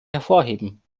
hervorheben